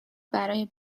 برای